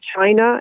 China